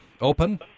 open